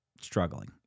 struggling